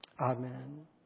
amen